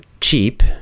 cheap